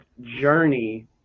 journey